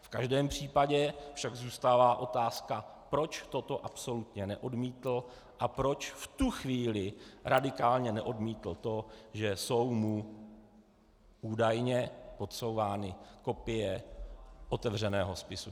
V každém případě však zůstává otázka, proč toto absolutně neodmítl a proč v tu chvíli radikálně neodmítl to, že jsou mu údajně podsouvány kopie otevřeného spisu.